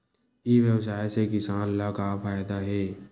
ई व्यवसाय से किसान ला का फ़ायदा हे?